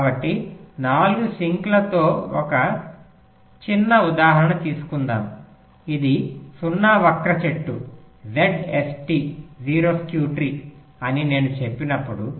కాబట్టి 4 సింక్లతో ఒక చిన్న ఉదాహరణ తీసుకుందాం ఇది 0 వక్ర చెట్టు ZST అని నేను చెప్పినప్పుడు